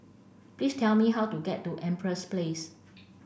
please tell me how to get to Empress Place